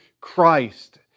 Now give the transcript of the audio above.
Christ